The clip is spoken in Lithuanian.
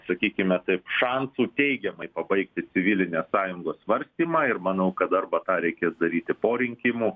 sakykime taip šansų teigiamai pabaigti civilinės sąjungos svarstymą ir manau kad arba tą reikės daryti po rinkimų